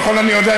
ככל שאני יודע,